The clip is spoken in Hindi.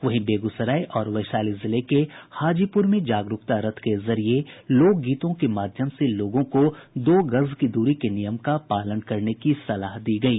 वहीं बेगूसराय और वैशाली जिले के हाजीपुर में जागरूकता रथ के जरिये लोक गीतों के माध्यम से लोगों को दो गज की दूरी के नियम का पालन करने की सलाह दी गयी